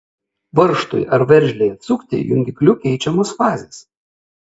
varžtui ar veržlei atsukti jungikliu keičiamos fazės